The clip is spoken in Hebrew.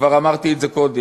כבר אמרתי את זה קודם,